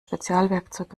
spezialwerkzeug